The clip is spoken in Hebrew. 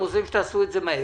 רוצים שתעשו את זה מהר,